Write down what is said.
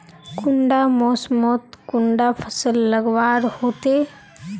कुंडा मोसमोत कुंडा फसल लगवार होते?